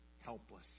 helpless